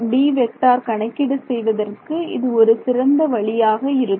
Dகணக்கீடு செய்வதற்கு இது ஒரு சிறந்த வழியாக இருக்கும்